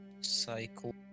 cycle